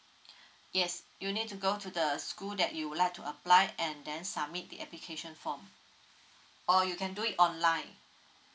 yes you need to go to the school that you would like to apply and then submit the application form or you can do it online